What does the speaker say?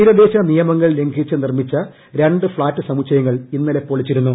തീരദേശ നിയമങ്ങൾ ലംഘിച്ച് നിർമ്മിച്ച രണ്ട് ഫ്ളാറ്റ് സമുച്ചയങ്ങൾ ഇന്നലെ പൊളിച്ചിരുന്നു